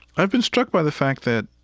i've been struck by the fact that,